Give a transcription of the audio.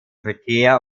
verkehr